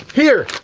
here!